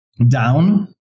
Down